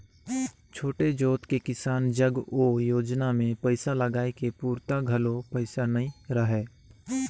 छोटे जोत के किसान जग ओ योजना मे पइसा लगाए के पूरता घलो पइसा नइ रहय